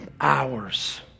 hours